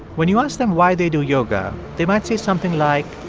when you ask them why they do yoga, they might say something like.